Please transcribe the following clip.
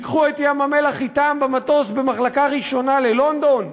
ייקחו את ים-המלח אתם במחלקה ראשונה במטוס ללונדון?